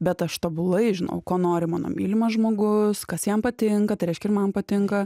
bet aš tobulai žinau ko nori mano mylimas žmogus kas jam patinka tai reiškia ir man patinka